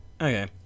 Okay